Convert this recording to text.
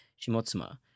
Shimotsuma